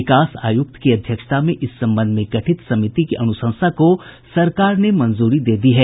विकास आयुक्त की अध्यक्षता में इस संबंध में गठित समिति की अनुशंसा को सरकार ने मंजूरी दे दी है